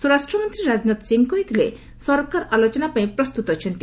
ସ୍ୱରାଷ୍ଟ୍ରମନ୍ତ୍ରୀ ରାଜନାଥ ସିଂହ କହିଥିଲେ ସରକାର ଆଲୋଚନା ପାଇଁ ପ୍ରସ୍ତୁତ ଅଛନ୍ତି